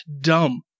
dumb